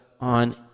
on